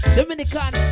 Dominican